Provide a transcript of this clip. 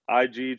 IG